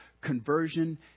conversion